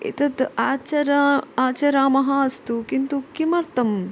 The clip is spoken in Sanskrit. एतत् आचरामः आचरामः अस्तु किन्तु किमर्थम्